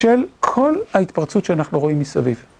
של כל ההתפרצות שאנחנו רואים מסביב.